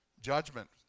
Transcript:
Judgment